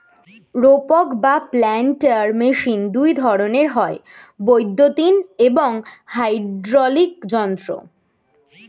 রোপক বা planter machine দুই ধরনের হয়, বৈদ্যুতিন এবং হাইড্রলিক যান্ত্রিক